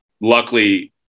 Luckily